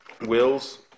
wills